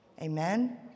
Amen